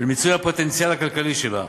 ומיצוי הפוטנציאל הכלכלי שלה.